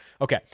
Okay